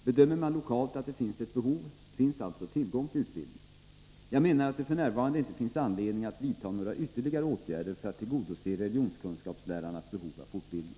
Bedömer man lokalt att det finns ett behov, finns alltså tillgång till utbildning. Jag menar att det f. n. inte finns anledning att vidta några ytterligare åtgärder för att tillgodose religionskunskapslärarnas behov av fortbildning.